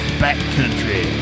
backcountry